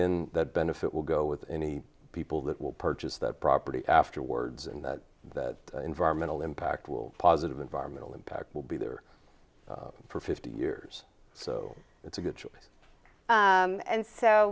in that benefit will go with any people that will purchase that property afterwards and that that environmental impact will positive environmental impact will be there for fifty years so it's a good choice and so